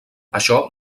això